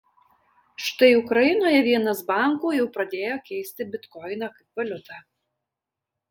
štai ukrainoje vienas bankų jau pradėjo keisti bitkoiną kaip valiutą